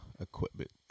equipment